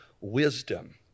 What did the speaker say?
wisdom